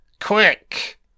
Quick